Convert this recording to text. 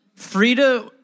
Frida